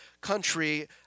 country